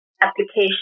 application